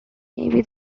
maybe